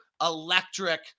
electric